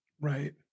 Right